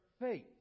faith